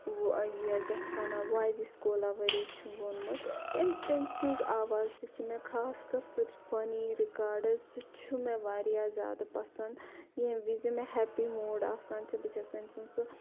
یہِ کیاہ اَتھ وَنان واے دِس کولاؤری چھُ ووٚنمُت تٔمۍ سٕنٛز آواز تہِ چھِ مےٚ خاص کَرسُہ فٔنی رِکاڈٕ سُہ چھُ مےٚ واریاہ زیادٕ پَسَنٛد ییٚمہِ وِزِ مےٚ ہیٚپی موٗڈ آسان چھُ بہٕ چھَس تٔمۍ سُنٛد سُہ